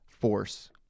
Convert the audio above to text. force